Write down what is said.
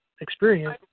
experience